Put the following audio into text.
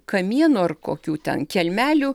kamienų ar kokių ten kelmelių